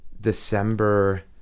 December